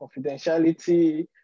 confidentiality